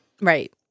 Right